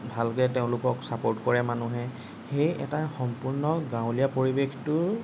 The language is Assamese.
ভালকে তেওঁলোকক ছাপৰ্ট কৰে মানুহে সেই এটা সম্পূৰ্ণ গাঁৱলীয়া পৰিৱেশটোৰ